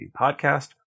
Podcast